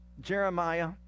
Jeremiah